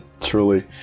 truly